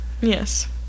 yes